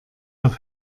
auf